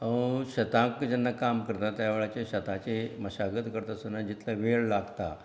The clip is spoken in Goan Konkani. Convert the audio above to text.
हांव शेतांत जेन्ना काम करता त्या वेळाचेर शेताचे मशागत करता आसतना जितले वेळ लागता